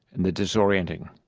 and the disorienting.